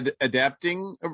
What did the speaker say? adapting